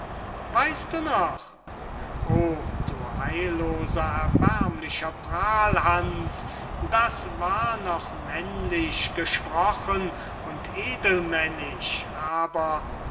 weißt du noch o du heilloser erbärmlicher prahlhans das war noch männlich gesprochen und edelmännisch aber